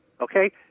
Okay